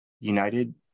United